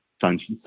sunshine